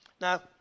now